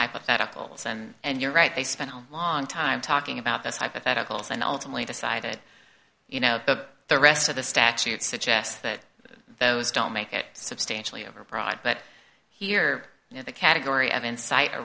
hypotheticals and you're right they spent a long time talking about this hypotheticals and ultimately decided you know the rest of the statute suggests that those don't make it substantially overbroad but here you know the category of incite a